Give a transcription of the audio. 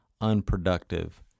unproductive